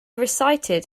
recited